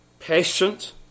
Patient